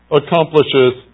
accomplishes